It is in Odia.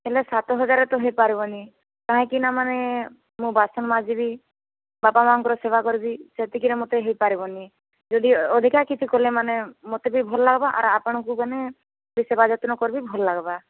ହେଲେ ସାତ ହଜାରରେ ତ ହୋଇପାରିବନି କାହିଁକିନା ମାନେ ମୁଁ ବାସନ ମାଜିବି ବାପା ମାଆଙ୍କର ସେବା କରିବି ସେତିକିରେ ମୋତେ ହୋଇପାରିବନି ଯଦି ଅଧିକା କିଛି କଲେ ମାନେ ମୋତେ ବି ଭଲ୍ ଲାଗ୍ବା ଆର୍ ଆପଣଙ୍କୁ ମାନେ ବି ସେବା ଯତ୍ନ କରିବି ଭଲ୍ ଲାଗ୍ବା